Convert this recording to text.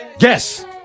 Yes